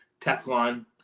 Teflon